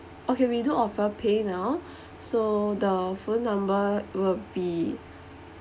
okay we do offer PayNow so the phone number will be